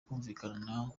kumvikana